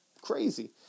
crazy